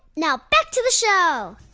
now back to the show